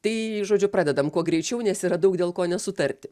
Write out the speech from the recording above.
tai žodžiu pradedam kuo greičiau nes yra daug dėl ko nesutarti